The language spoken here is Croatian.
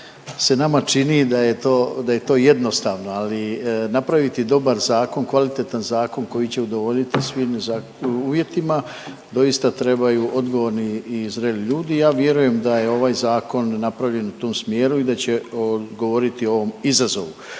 da je to, da je to jednostavno, ali napraviti dobar zakon, kvalitetan zakon koji će udovoljiti svim uvjetima doista trebaju odgovorni i zreli ljudi. Ja vjerujem da je ovaj zakon napravljen u tom smjeru i da će odgovoriti ovom izazovu.